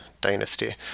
dynasty